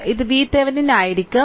ഇത് VThevenin ആയിരിക്കും